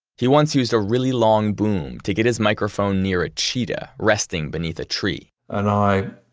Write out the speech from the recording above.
he once used a really long boom to get his microphone near a cheetah resting beneath a tree and i,